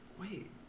Wait